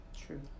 True